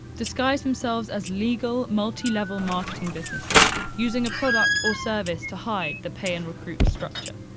disguise themselves as legal multi-level marketing businesses, using a product or service to hide the pay-and-recruit structure.